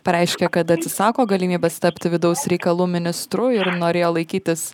pareiškė kad atsisako galimybės tapti vidaus reikalų ministru ir norėjo laikytis